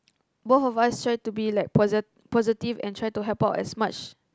both of us tried to be like posi~ positive and try to help out as much